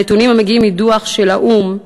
הנתונים המגיעים מדוח של האו"ם,